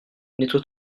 nettoie